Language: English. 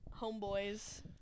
homeboys